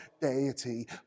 deity